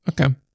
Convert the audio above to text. okay